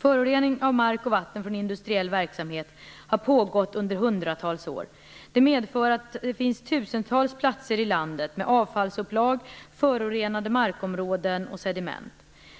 Förorening av mark och vatten från industriell verksamhet har pågått under hundratals år. Det medför att det finns tusentals platser i landet med avfallsupplag, förorenade markområden och sediment.